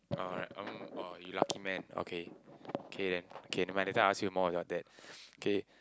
oh right um !aww! you lucky man okay okay then okay nevermind later I ask you more about your dad